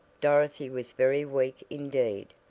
dorothy was very weak indeed.